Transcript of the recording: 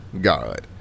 God